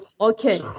Okay